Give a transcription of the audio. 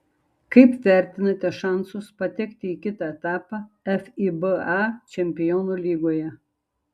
kaip vertinate šansus patekti į kitą etapą fiba čempionų lygoje